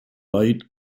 light